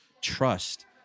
trust